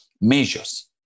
measures